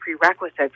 prerequisites